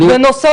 בנושא